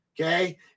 Okay